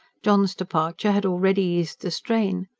john's departure had already eased the strain.